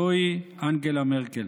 זוהי אנגלה מרקל,